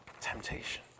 Temptation